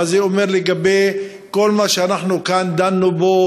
מה זה אומר לגבי כל מה שאנחנו דנו בו